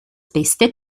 beste